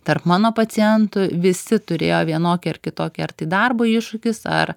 tarp mano pacientų visi turėjo vienokį ar kitokį ar tai darbo iššūkis ar